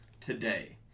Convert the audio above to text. today